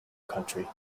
country